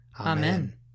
Amen